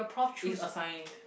it's assigned